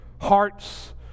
hearts